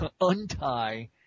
untie